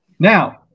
Now